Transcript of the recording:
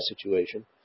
situation